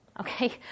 Okay